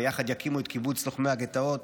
ויחד יקימו את קיבוץ לוחמי גטאות,